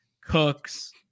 cooks